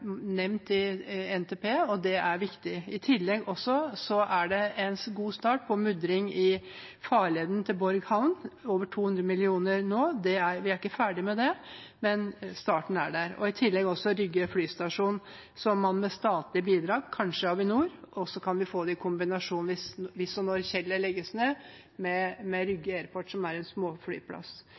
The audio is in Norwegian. nevnt i NTP, og det er viktig. I tillegg er det en god start på mudring i farleden til Borg havn – over 200 mill. kr nå. Vi er ikke ferdig med det, men starten er der. I tillegg har vi Rygge flystasjon, som man med statlige bidrag – kanskje Avinor – kan få i kombinasjon med Rygge Airport, som er en småflyplass, hvis og når Kjeller legges ned.